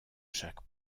chaque